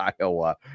Iowa